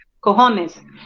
cojones